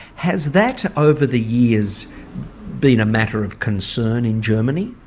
has that over the years been a matter of concern in germany?